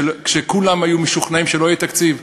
כשכולם היו משוכנעים שלא יהיה תקציב.